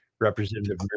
Representative